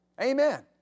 Amen